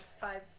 five